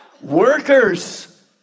Workers